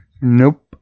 Nope